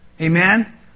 Amen